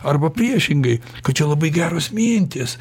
arba priešingai kad čia labai geros mintys